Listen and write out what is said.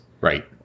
Right